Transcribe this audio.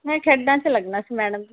ਮੈਂ ਖੇਡਾਂ 'ਚ ਲੱਗਣਾ ਸੀ ਮੈਡਮ ਜੀ